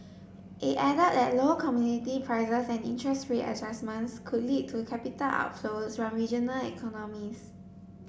it added that low commodity prices and interest rate adjustments could lead to capital outflows from regional economies